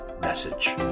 message